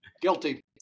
Guilty